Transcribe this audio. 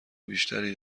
بیشتری